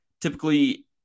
Typically